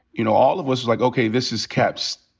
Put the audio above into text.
you know, all of us was, like, okay, this is kap's.